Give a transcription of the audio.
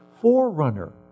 forerunner